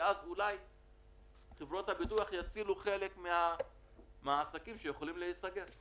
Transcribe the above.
אז אולי חברות הביטוח יצילו חלק מהעסקים שיכולים להיסגר.